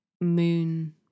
moon